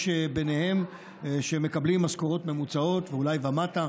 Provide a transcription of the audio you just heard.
יש ביניהם שאולי מקבלים משכורות ממוצעות ומטה,